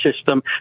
system